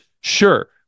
sure